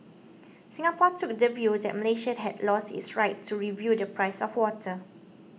Singapore took the view that Malaysia had lost its right to review the price of water